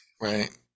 right